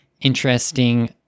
interesting